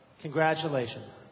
congratulations